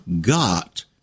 got